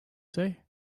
say